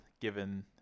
given